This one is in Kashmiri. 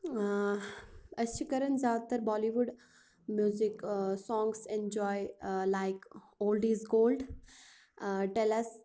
ٲں أسۍ چھِ کران زیادٕ تر بالی وُڈ میٛوزِک ٲں سانٛگٕس ایٚنجواے ٲں لایک اولڈٕ اِز گولڈٕ ٲں ٹیٚل اَس